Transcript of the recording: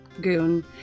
Goon